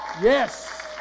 Yes